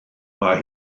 mae